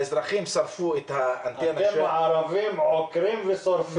האזרחים שרפו את האנטנה -- אתם הערבים עוקרים ושורפים.